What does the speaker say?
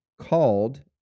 called